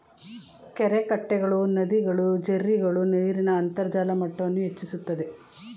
ಕೆರೆಕಟ್ಟೆಗಳು, ನದಿಗಳು, ಜೆರ್ರಿಗಳು ನೀರಿನ ಅಂತರ್ಜಲ ಮಟ್ಟವನ್ನು ಹೆಚ್ಚಿಸುತ್ತದೆ